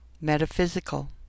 metaphysical